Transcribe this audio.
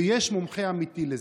ויש מומחה אמיתי לזה.